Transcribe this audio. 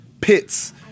pits